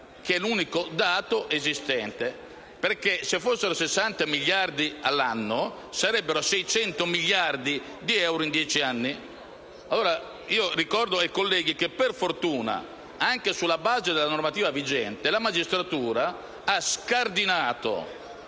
è l'unico dato esistente. Infatti, se fossero davvero 60 miliardi di euro all'anno, sarebbero 600 miliardi di euro in dieci anni. Ricordo ai colleghi che, per fortuna, anche sulla base della normativa vigente, la magistratura ha scardinato